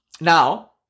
Now